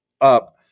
up